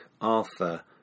arthur